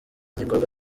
gikorwa